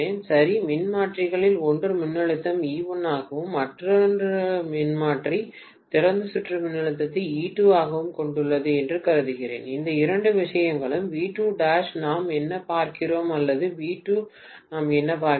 சரி மின்மாற்றிகளில் ஒன்று மின்னழுத்தம் E1 ஆகவும் மற்ற மின்மாற்றி திறந்த சுற்று மின்னழுத்தத்தை E2 ஆகவும் கொண்டுள்ளது என்று கருதுகிறேன் இந்த இரண்டு விஷயங்களும் V2 நாம் என்ன பார்க்கிறோம் அல்லது V2 நாம் என்ன பார்க்கிறோம்